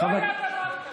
לא היה דבר כזה,